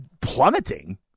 plummeting